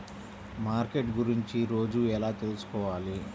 Market గురించి రోజు ఎలా తెలుసుకోవాలి?